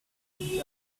each